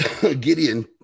Gideon